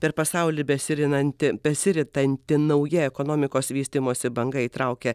per pasaulį besirinanti besiritanti nauja ekonomikos vystymosi banga įtraukia